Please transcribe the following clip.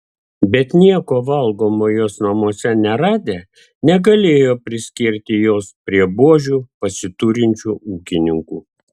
bet nieko valgomo jos namuose neradę negalėjo priskirti jos prie buožių pasiturinčių ūkininkų